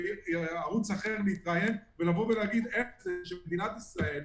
עובר מערוץ אחד לאחר להתראיין שמדינת ישראל,